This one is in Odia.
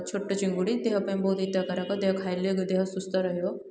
ଛୋଟ ଚିଙ୍ଗୁଡ଼ି ଦେହ ପାଇଁ ବହୁତ ହିତକାରକ ଦେହ ଖାଇଲେ ଦେହ ସୁସ୍ଥ ରହିବ